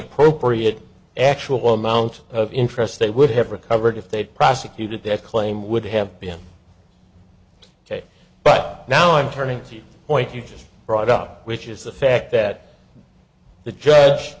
appropriate actual amount of interest they would have recovered if they prosecuted that claim would have been ok but now i'm turning to the point you just brought up which is the fact that the judge